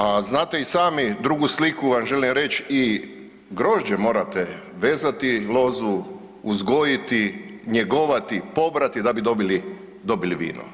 A znate i sami, drugu sliku vam želim reć i grožđe morate vezati, lozu uzgojiti, njegovati, pobrati da bi dobili, dobili vino.